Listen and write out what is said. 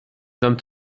sand